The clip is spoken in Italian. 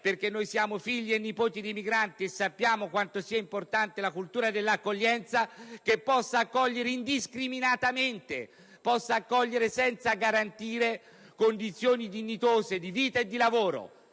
perché noi siamo figli e nipoti di migranti e sappiamo quanto sia importante la cultura dell'accoglienza - che possa accogliere tutti indiscriminatamente, garantendo condizioni dignitose di vita e di lavoro.